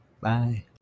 bye